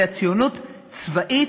אלא ציונות צבאית,